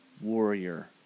warrior